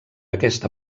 aquesta